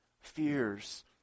fears